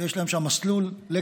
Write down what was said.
יש להם שם מסלול לכלבנות,